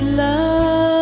love